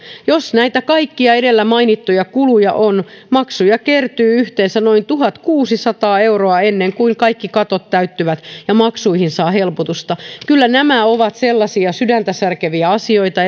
jos näitä kaikkia edellä mainittuja kuluja on maksuja kertyy yhteensä noin tuhatkuusisataa euroa ennen kuin kaikki katot täyttyvät ja maksuihin saa helpotusta kyllä nämä ovat erityisesti pienituloisten kannalta sellaisia sydäntä särkeviä asioita